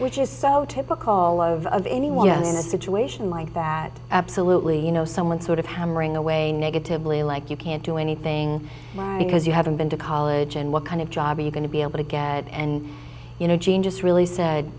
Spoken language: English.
which is so typical of anyone in a situation like that absolutely you know someone sort of hammering away negatively like you can't doing the thing because you haven't been to college and what kind of job are you going to be able to get and you know jean just really said